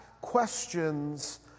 questions